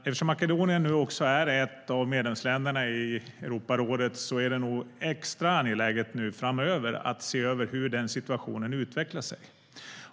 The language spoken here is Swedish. Eftersom Makedonien är ett av medlemsländerna i Europarådet är det extra angeläget framöver att se hur situationen utvecklar sig.